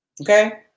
Okay